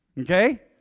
Okay